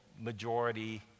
majority